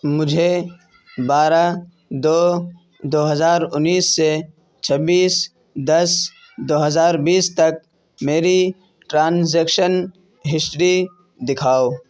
مجھے بارہ دو دو ہزار انیس سے چھبیس دس دو ہزار بیس تک میری ٹرانزیکشن ہسٹری دکھاؤ